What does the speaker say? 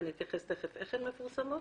ואני אתייחס תיכף איך הן מפורסמות,